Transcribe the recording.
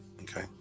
Okay